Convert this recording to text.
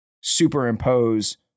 superimpose